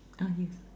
ah yes